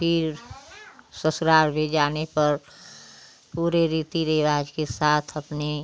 फिर ससुराल भी जाने पर पूरे रीति रिवाज के साथ अपने